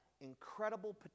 incredible